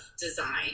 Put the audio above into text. design